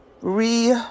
re